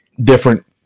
different